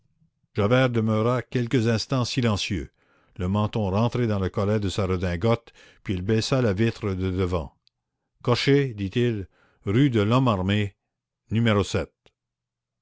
javert demeura quelques instants silencieux le menton rentré dans le collet de sa redingote puis il baissa la vitre de devant cocher dit-il rue de lhomme armé numéro